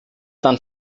dann